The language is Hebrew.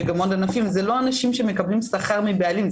זה לא אנשים שמקבלים שכר מבעלים.